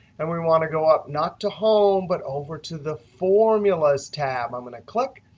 and we want to go up, not to home, but over to the formulas tab. i'm going to click,